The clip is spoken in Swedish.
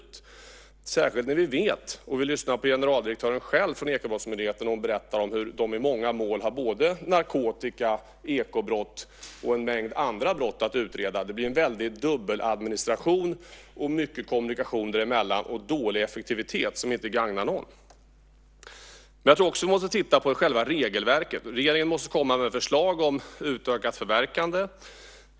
Vi vet ju, särskilt efter att ha lyssnat när generaldirektören för Ekobrottsmyndigheten själv berättat om det, att de i många mål har både narkotikabrott, ekobrott och en mängd andra brott att utreda. Det blir en väldig dubbeladministration, mycket kommunikation däremellan och dålig effektivitet som inte gagnar någon. Jag tror också att vi måste titta på själva regelverket. Regeringen måste komma med förslag om utökat förverkande.